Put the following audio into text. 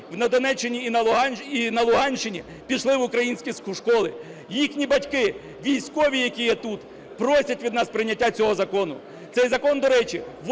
на Донеччині і на Луганщині, пішли в українські школи. Їхні батьки – військові, які є тут, просять від нас прийняття цього закону. Цей закон, до речі, вводить